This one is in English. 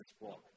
walk